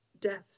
death